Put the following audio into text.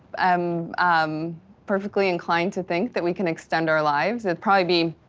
um i'm perfectly inclined to think that we can extend our lives it probably be,